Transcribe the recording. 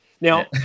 Now